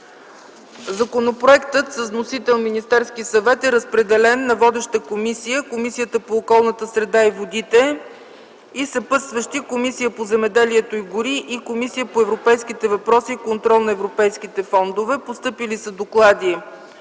Законопроектът е с вносител Министерски съвет. Разпределен е на водещата Комисия по околната среда и водите и съпътстващи комисии по земеделието и горите и по европейските въпроси и контрол на европейските фондове. Постъпили са доклади